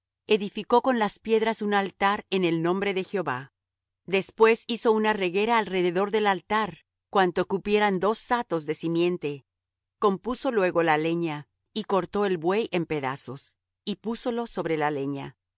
edificó con las piedras un altar en el nombre de jehová después hizo una reguera alrededor del altar cuanto cupieran dos satos de simiente compuso luego la leña y cortó el buey en pedazos y púsolo sobre la leña